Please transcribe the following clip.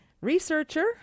researcher